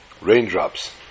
Raindrops